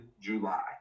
July